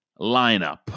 lineup